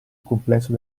complesso